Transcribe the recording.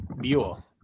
Buell